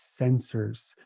sensors